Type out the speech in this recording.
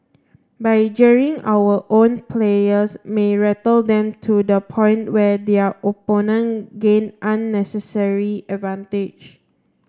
but jeering our own players may rattle them to the point where their opponent gain unnecessary advantage